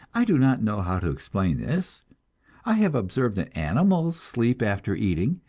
i do not know how to explain this i have observed that animals sleep after eating,